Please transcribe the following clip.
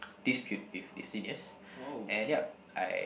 dispute with the seniors and yup I